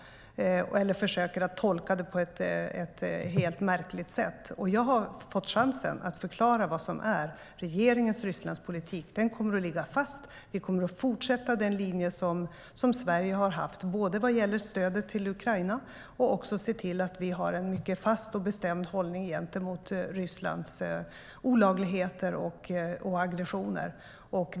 Han försöker tolka citatet på ett helt märkligt sätt. Jag har fått chansen att förklara vad som är regeringens Rysslandspolitik. Den kommer att ligga fast. Vi kommer att fortsätta den linje som Sverige har haft både vad gäller stödet till Ukraina och att ha en fast och bestämd hållning gentemot Rysslands olagligheter och aggressioner.